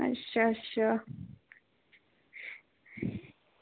अच्छा अच्छा